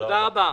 תודה רבה.